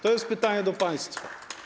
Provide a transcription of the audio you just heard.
To jest pytanie do państwa.